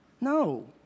No